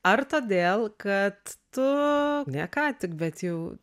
ar todėl kad tu ne ką tik bet jau